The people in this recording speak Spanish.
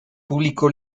publicó